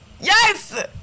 Yes